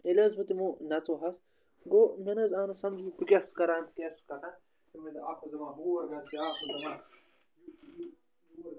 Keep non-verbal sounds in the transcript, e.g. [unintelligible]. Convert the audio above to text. ییٚلہِ حظ بہٕ تِمو نَژوٕ حظ گوٚو مےٚ نہٕ حظ آو نہٕ سَمجی بہٕ کیٛاہ چھُس کَران کیٛاہ چھُس کران [unintelligible] اَکھ اوس دَپان ہور گژھ بیٛاکھ اوس دَپان [unintelligible]